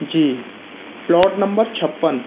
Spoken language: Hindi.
जी प्लॉट नंबर छप्पन